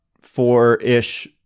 four-ish